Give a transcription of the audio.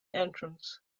entrance